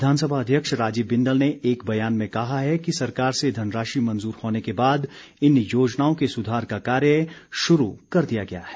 विधानसभा अध्यक्ष राजीव बिंदल ने एक बयान में कहा है कि सरकार से धनराशि मंजूर होने के बाद इन योजनाओं के सुधार का कार्य शुरू कर दिया गया है